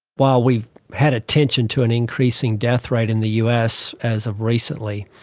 while we had attention to an increasing death rate in the us as of recently,